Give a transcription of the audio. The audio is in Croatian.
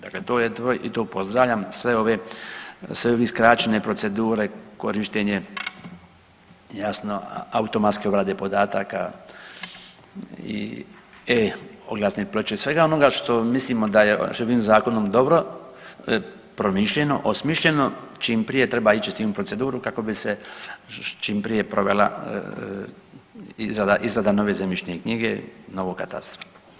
Dakle, to je i to pozdravljam sve ovi skraćene procedure, korištenje jasno automatske obrade podataka i e-oglasne ploče i svega onoga što mislimo da je s ovim zakonom dobro promišljeno, osmišljeno čim prije treba ići s tim u proceduru kako bi se čim prije provela izrada, izrada nove zemljišne knjige, novog katastra.